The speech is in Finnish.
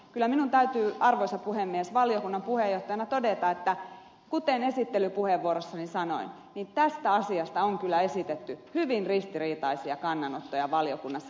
kyllä minun täytyy arvoisa puhemies valiokunnan puheenjohtajana todeta kuten esittelypuheenvuorossani sanoin että tästä asiasta on kyllä esitetty hyvin ristiriitaisia kannanottoja valiokunnassa